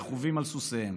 רכובים על סוסיהם,